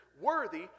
worthy